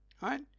Right